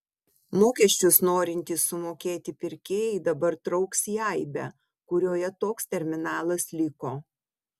mokesčius norintys sumokėti pirkėjai dabar trauks į aibę kurioje toks terminalas liko